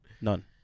None